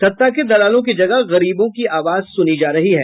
सत्ता के दलालों की जगह गरीबों की आवाज सुनी जा रही है